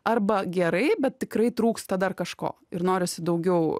arba gerai bet tikrai trūksta dar kažko ir norisi daugiau